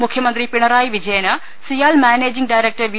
മുഖ്യമന്ത്രി Pinarayi Vijayan CIAL managing director V